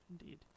indeed